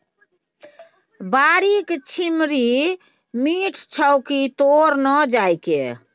बाड़ीक छिम्मड़ि मीठ छौ की तोड़ न जायके